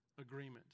agreement